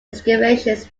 excavations